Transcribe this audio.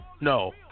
No